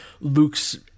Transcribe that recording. Luke's